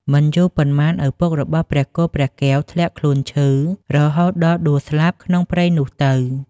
មិនយូរប៉ុន្មាន ឪពុករបស់ព្រះគោព្រះកែវធ្លាក់ខ្លួនឈឺរហូតដល់ដួលស្លាប់ក្នុងព្រៃនោះទៅ ។